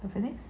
the phonics